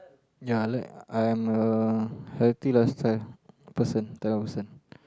ya I like I'm a healthy lifestyle person type of person